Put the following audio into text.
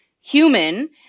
human